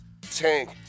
Tank